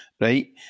right